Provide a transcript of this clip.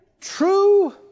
True